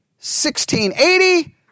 1680